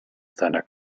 seiner